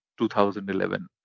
2011